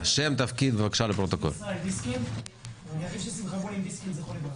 אחיו של שמחה בונים דיסקינד זכרו לברכה.